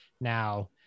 now